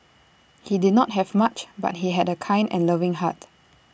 he did not have much but he had A kind and loving heart